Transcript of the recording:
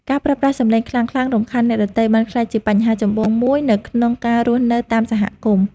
ការប្រើប្រាស់សំឡេងខ្លាំងៗរំខានអ្នកដទៃបានក្លាយជាបញ្ហាចម្បងមួយនៅក្នុងការរស់នៅតាមសហគមន៍។